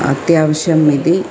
अत्यवश्यम् इति